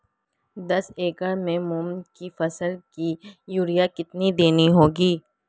दस एकड़ में मूंग की फसल को यूरिया कितनी देनी होगी?